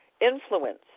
influence